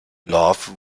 love